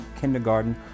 kindergarten